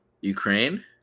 Ukraine